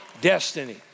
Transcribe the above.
destiny